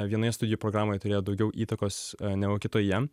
vienoje studijų programoj turėjo daugiau įtakos negu kitoje